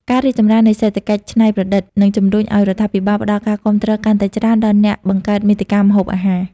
ការរីកចម្រើននៃសេដ្ឋកិច្ចច្នៃប្រឌិត នឹងជំរុញឱ្យរដ្ឋាភិបាលផ្តល់ការគាំទ្រកាន់តែច្រើនដល់អ្នកបង្កើតមាតិកាម្ហូបអាហារ។